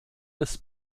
des